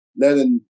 letting